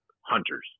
hunters